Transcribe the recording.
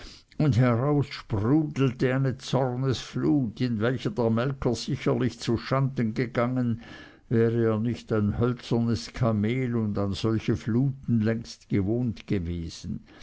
und heraus sprudelte eine zornesflut in welcher der melker sicherlich zuschanden gegangen wäre er nicht ein hölzernes kamel und an solche fluten längst gewohnt gewesen